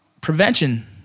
prevention